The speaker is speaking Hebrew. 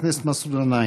חבר הכנסת מסעוד גנאים.